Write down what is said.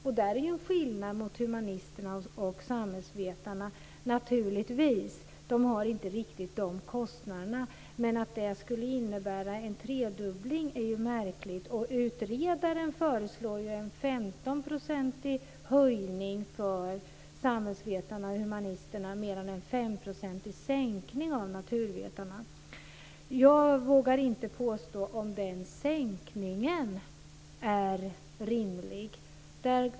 Det finns naturligtvis en skillnad vad gäller humanisterna och samhällsvetarna där. De har inte riktigt de kostnaderna. Men att det skulle innebära en tredubbling är märkligt. Utredaren föreslår en 15-procentig höjning för samhällsvetarna och humanisterna men en 5 procentig sänkning för naturvetarna. Jag vågar inte påstå att den sänkningen är rimlig.